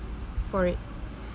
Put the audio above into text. for it